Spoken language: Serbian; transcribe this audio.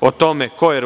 o tome ko je